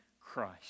Christ